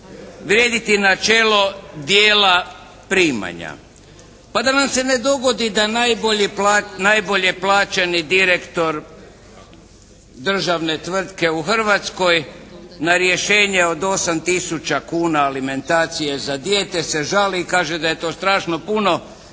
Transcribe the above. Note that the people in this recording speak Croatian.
vrijediti načelo dijela primanja. Pa da nam se ne dogodi da najbolje plaćeni direktor državne tvrtke u Hrvatskoj na rješenje od 8 tisuća kuna alimentacije za dijete se žali i kaže da je to strašno puno